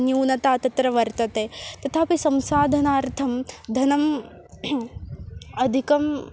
न्यूनता तत्र वर्तते तथापि संसाधनार्थं धनम् अधिकं